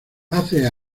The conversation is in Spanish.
hace